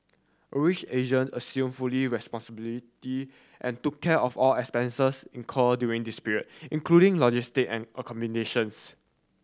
Asia assumed full responsibility and took care of all expenses incurred during this period including logistic and accommodations